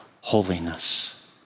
holiness